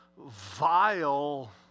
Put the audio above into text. vile